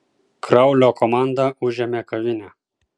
kraulio komanda užėmė kavinę